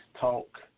talk